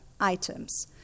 items